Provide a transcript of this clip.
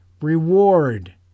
Reward